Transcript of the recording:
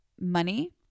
money